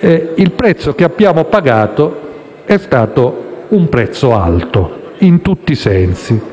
Il prezzo che abbiamo pagato è stato un prezzo alto, in tutti i sensi.